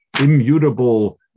immutable